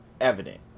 evident